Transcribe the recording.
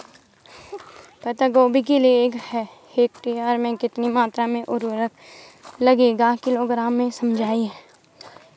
पत्ता गोभी के लिए एक हेक्टेयर में कितनी मात्रा में उर्वरक लगेगा किलोग्राम में समझाइए?